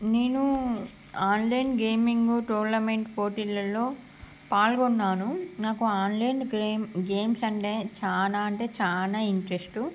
నేను online gaming tournament పోటీలలో పాల్గొన్నాను నాకు ఆన్లైన్ గేమ్స్ అంటే చాలా అంటే చాలా ఇంట్రెస్ట్